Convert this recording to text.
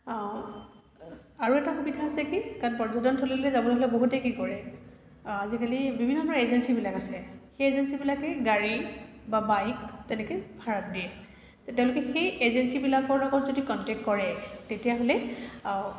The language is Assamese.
আৰু এটা সুবিধা হৈছে কি কাৰণ পৰ্যটনথলীলৈ যাবলৈ হ'লে বহুতেই কি কৰে আজিকালি বিভিন্ন ধৰণৰ এজেঞ্চিবিলাক আছে সেই এজেঞ্চিবিলাকে গাড়ী বা বাইক তেনেকৈ ভাড়াত দিয়ে তেওঁলোকে সেই এজেঞ্চিবিলাকৰ লগত যদি কণ্টেক্ট কৰে তেতিয়াহ'লে